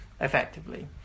Effectively